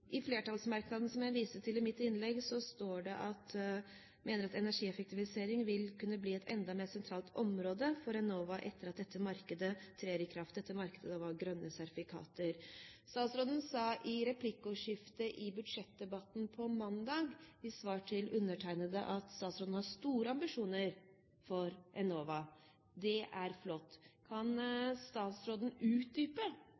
I flertallsmerknaden som jeg viste til i mitt innlegg, står det: «Flertallet mener at energieffektivisering vil kunne bli et enda mer sentralt satsingsområde for Enova etter at dette markedet trer i kraft.» Dette markedet er da for grønne sertifikater. Statsråden svarte i replikkordskiftet i budsjettdebatten mandag med undertegnede at han «har store ambisjoner» for Enova. Det er flott. Kan